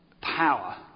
power